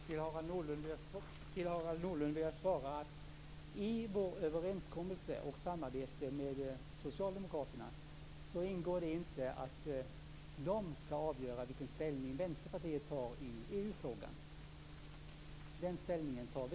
Fru talman! Harald Nordlund vill jag svara: I vår överenskommelse om samarbete med Socialdemokraterna ingår det inte att de skall avgöra vilken ställning Vänsterpartiet skall ta i EU-frågan. Det beslutet fattar vi.